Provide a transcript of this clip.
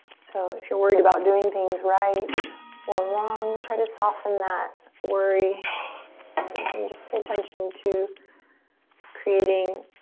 so if you're worried about doing things right or wrong, try to soften that worry and and just pay attention to creating